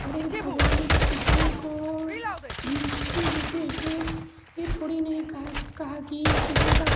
अरे भगवान ने तो किसी को जन्म देते हुए ये थोड़ी नहीं कहा कहा की किसी का